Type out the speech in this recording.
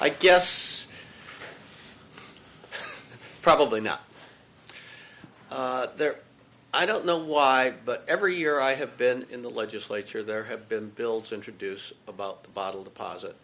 i guess probably not there i don't know why but every year i have been in the legislature there have been bills introduced about the bottle deposit